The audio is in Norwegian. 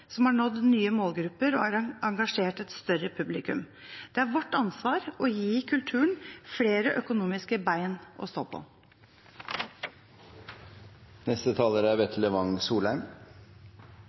som har nådd nye målgrupper og engasjert et større publikum. Det er vårt ansvar å gi kulturen flere økonomiske bein å stå på.